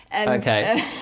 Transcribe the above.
Okay